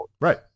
right